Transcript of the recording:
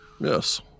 Yes